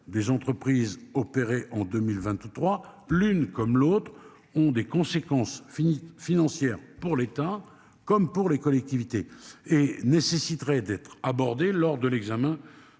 des entreprises opéré en 2023, plus une comme l'autre ont des conséquences fini financière pour l'État, comme pour les collectivités et nécessiterait d'être abordée lors de l'examen